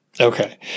okay